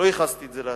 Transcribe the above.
לא ייחסתי את זה לעצמי,